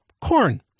corn